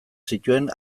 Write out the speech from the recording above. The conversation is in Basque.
zituen